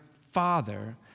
father